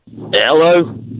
Hello